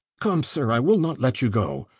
come, sir, i will not let you go.